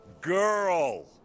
girl